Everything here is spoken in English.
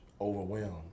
overwhelmed